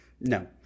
no